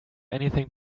anything